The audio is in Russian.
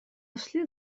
вслед